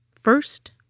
First